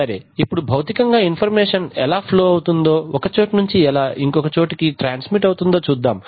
సరే ఇప్పుడు భౌతికంగా ఇన్ఫర్మేషన్ ఎలా ఫ్లో అవుతుందో ఎలా ఒక చోటి నుంచి ఇంకొక చోటికి ట్రాన్స్ మిట్ అవుతుందో చూద్దాం